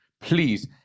Please